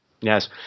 Yes